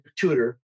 tutor